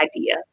idea